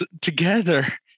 together